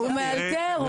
הוא מאלתר.